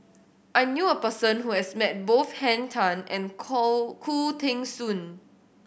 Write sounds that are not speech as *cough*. I knew a person who has met both Henn Tan and *unintelligible* Khoo Teng Soon